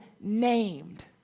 named